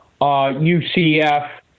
UCF